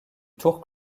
tour